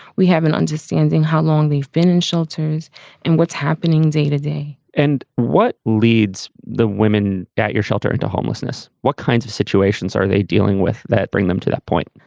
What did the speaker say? we have an understanding how long we've been in shelters and what's happening day to day and what leads the women at your shelter into homelessness what kinds of situations are they dealing with that bring them to that point?